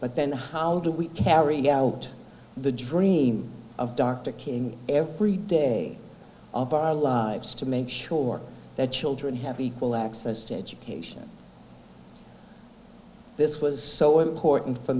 but then how do we carry out the dream of dr king every day lives to make sure that children have equal access to education this was so important for